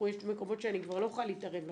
יש מקומות שאני כבר לא יכולה להתערב לכם,